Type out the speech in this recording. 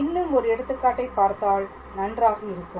இன்னும் ஒரு எடுத்துக்காட்டை பார்த்தால் நன்றாக இருக்கும்